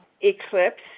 eclipse